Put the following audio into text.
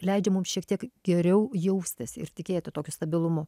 leidžia mums šiek tiek geriau jaustis ir tikėti tokiu stabilumu